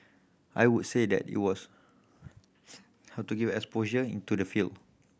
I would say that it was how to gave exposure into the field